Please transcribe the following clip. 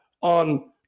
on